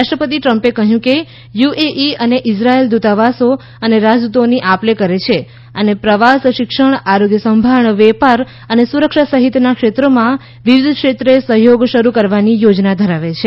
રાષ્ટ્રપતિ ટ્રમ્પે કહ્યું કે યુએઈ અને ઇઝરાયેલ દુતાવાસો અને રાજદુતોની આપલે કરે છે અને પ્રવાસ શિક્ષણ આરોગ્ય સંભાળ વેપાર અને સુરક્ષા સહિતના ક્ષેત્રોમાં વિવિધ ક્ષેત્રે સહયોગ શરૂ કરવાની યોજના ધરાવે છે